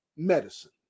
Medicine